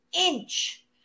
inch